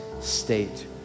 state